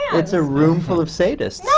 it's a room full of sadists.